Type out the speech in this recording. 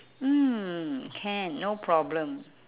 mm can no problem